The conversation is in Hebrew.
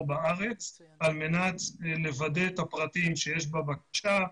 בארץ על מנת לוודא את הפרטים שיש בבקשה,